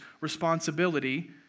responsibility